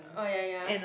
oh ya ya